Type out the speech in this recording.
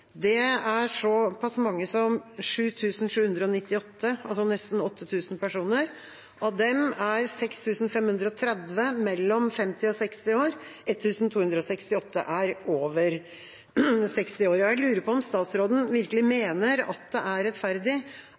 Det er så pass mange som 7 798, altså nesten 8 000 personer. Av dem er 6 530 mellom 50 og 60 år, og 1 268 er over 60 år. Jeg lurer på om statsråden virkelig mener det er rettferdig